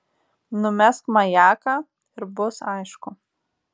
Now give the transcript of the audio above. numesk majaką ir bus aišku